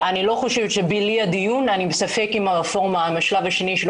בלי הדיון אני בספק אם השלב השני של